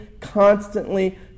constantly